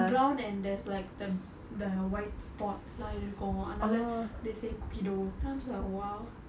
brown and there's like the the white spots எல்லாம் இருக்கும் அதனால:ellaam irukkum athanaala they say cookie dough then I'm just like !wow!